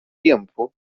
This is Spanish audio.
tiempo